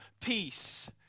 peace